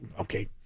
okay